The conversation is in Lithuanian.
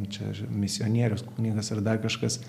čia misionierius kunigas ir dar kažkas